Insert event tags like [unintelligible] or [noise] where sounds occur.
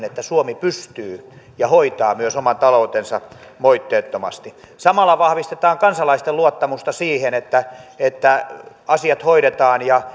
[unintelligible] että suomi pystyy ja hoitaa myös oman taloutensa moitteettomasti samalla vahvistetaan kansalaisten luottamusta siihen että että asiat hoidetaan